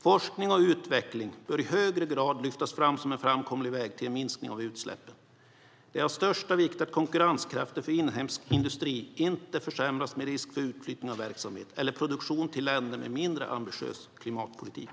Forskning och utveckling bör i högre grad lyftas fram som en framkomlig väg till en minskning av utsläppen. Det är av största vikt att konkurrenskraften för inhemsk industri inte försämras med risk för utflyttning av verksamhet eller produktion till länder med mindre ambitiös klimatpolitik.